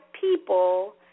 people